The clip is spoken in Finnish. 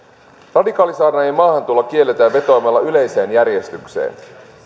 radikaalisaarnaajien maahantulo kielletään vetoamalla yleiseen järjestykseen